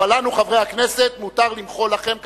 אבל לנו, חברי הכנסת, מותר למחוא לכם כפיים,